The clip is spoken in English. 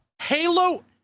halo